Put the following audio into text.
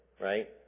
right